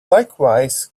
likewise